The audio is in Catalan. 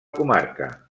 comarca